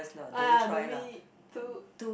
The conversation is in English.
!aiya! to me too